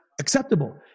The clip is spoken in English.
acceptable